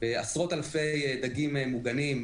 בעשרות אלפי דגים מוגנים,